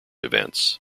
events